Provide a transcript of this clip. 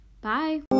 Bye